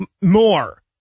More